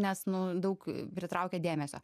nes nu daug pritraukia dėmesio